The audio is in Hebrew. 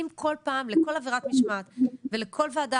אם כל פעם לכל עבירת משמעת וכל ועדה